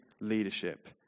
leadership